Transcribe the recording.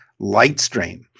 lightstream